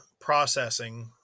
processing